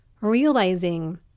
realizing